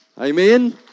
Amen